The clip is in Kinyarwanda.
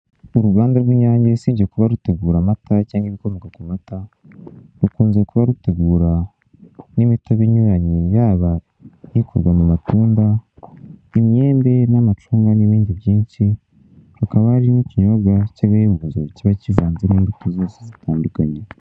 Uruganda rw'inyange usibye kuba rutegura amata cyangwa ibikomoka ku mata rukunze kuba rutegura n'imitobe inyuranye yaba ikozwe mu matunda, imyembe n'amacunga n'ibindi byinshi, hakaba hari n'ikinyobwa cy'agahebuzo kiba kivanzemo imbuto zose zitandukanye.